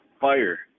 fire